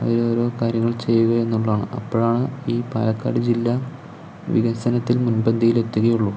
അതിലോരോ കാര്യങ്ങൾ ചെയ്യുക എന്നുള്ളതാണ് അപ്പോഴാണ് ഈ പാലക്കാട് ജില്ല വികസനത്തിൽ മുൻപന്തിയിൽ എത്തുകയുള്ളൂ